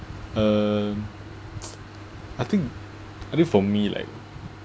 uh I think I think for me like